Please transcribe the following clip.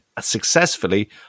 successfully